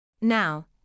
Now